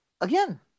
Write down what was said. again